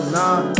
nah